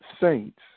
saints